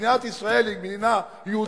מדינת ישראל היא מדינה יהודית.